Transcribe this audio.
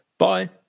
Bye